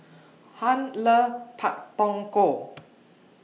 Hunt loves Pak Thong Ko